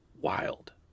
wild